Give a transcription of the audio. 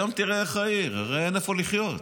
היום תראה איך העיר, אין איפה לחיות.